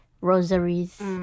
rosaries